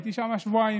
הייתי שם שבועיים.